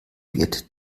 wird